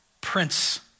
prince